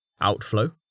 outflow